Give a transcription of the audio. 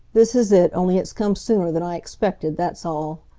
this is it, only it's come sooner than i expected, that's all.